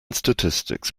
statistics